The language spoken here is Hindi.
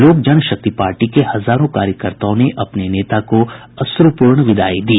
लोक जनशक्ति पार्टी के हजारों कार्यकर्ताओं ने अपने नेता को अश्रुपूर्ण विदाई दी